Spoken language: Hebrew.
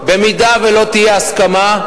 אם לא תהיה הסכמה,